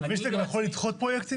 אתה מבין שאתה גם יכול לדחות פרויקטים?